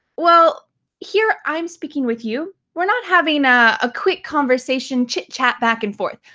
well here i'm speaking with you. we're not having a ah quick conversation chit-chat back and forth.